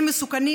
הם מסוכנים.